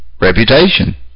reputation